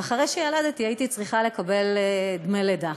ואחרי שילדתי הייתי צריכה לקבל דמי לידה.